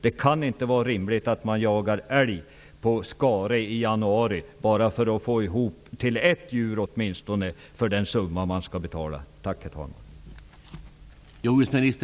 Det kan inte vara rimligt att jaga älg på skare i januari, bara för att täcka åtminstone det belopp som man skall betala för ett djur.